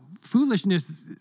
Foolishness